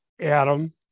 Adam